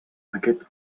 aquest